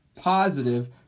positive